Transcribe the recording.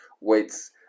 weights